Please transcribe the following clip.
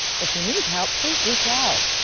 if you need help please reach out.